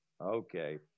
Okay